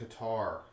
Qatar